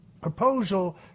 proposal